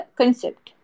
concept